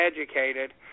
educated